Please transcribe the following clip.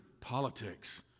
politics